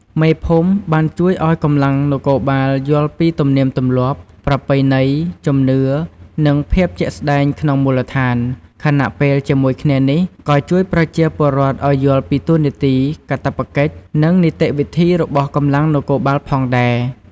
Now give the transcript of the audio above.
មេភូមិបានជួយឲ្យកម្លាំងនគរបាលយល់ពីទំនៀមទម្លាប់ ប្រពៃណី ជំនឿ និងភាពជាក់ស្ដែងក្នុងមូលដ្ឋាន ខណៈពេលជាមួយគ្នានេះ ក៏ជួយប្រជាពលរដ្ឋឲ្យយល់ពីតួនាទី កាតព្វកិច្ច និងនីតិវិធីរបស់កម្លាំងនគរបាលផងដែរ។